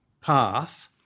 path